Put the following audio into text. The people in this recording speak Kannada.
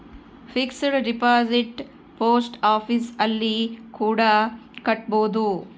ಫಿಕ್ಸೆಡ್ ಡಿಪಾಸಿಟ್ ಪೋಸ್ಟ್ ಆಫೀಸ್ ಅಲ್ಲಿ ಕೂಡ ಕಟ್ಬೋದು